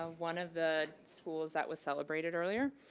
ah one of the schools that was celebrated earlier.